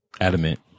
adamant